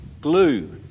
glue